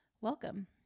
Welcome